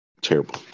terrible